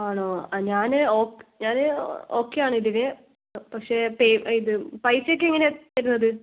ആണോ ആ ഞാന് ഓക്ക് ഞാനെ ഒക്കെയാണിതില് പക്ഷേ പേ ഇത് പൈസയൊക്കെ എങ്ങനെയാണ് തരുന്നത്